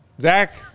Zach